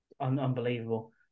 Unbelievable